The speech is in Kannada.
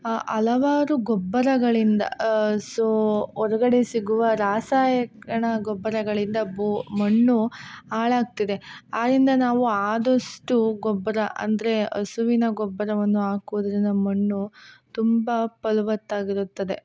ಹಲವಾರು ಗೊಬ್ಬರಗಳಿಂದ ಸೋ ಹೊರ್ಗಡೆ ಸಿಗುವ ರಾಸಾಯಕಣ ಗೊಬ್ಬರಗಳಿಂದ ಬೂ ಮಣ್ಣು ಹಾಳಾಗ್ತಿದೆ ಆಯಿಂದ ನಾವು ಆದಷ್ಟು ಗೊಬ್ಬರ ಅಂದರೆ ಹಸುವಿನ ಗೊಬ್ಬರವನ್ನು ಹಾಕುವುದ್ರಿಂದ ಮಣ್ಣು ತುಂಬ ಫಲವತ್ತಾಗಿರುತ್ತದೆ